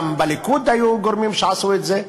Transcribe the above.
גם בליכוד היו גורמים שעשו את זה.